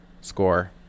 score